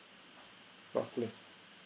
roughly